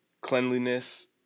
cleanliness